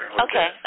Okay